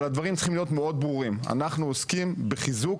אבל הדברים צריכים להיות מאד ברורים אנחנו עוסקים בחיזוק